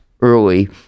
early